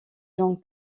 jung